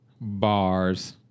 bars